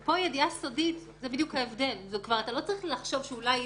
אתה לא יודע להוכיח תמיד.